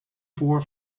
for